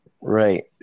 Right